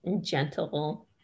gentle